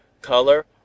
color